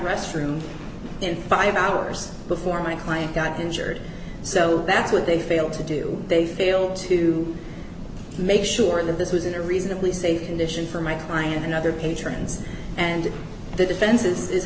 restroom in five hours before my client got injured so that's what they failed to do they failed to make sure that this was in a reasonably safe condition for my client and other patrons and the defense is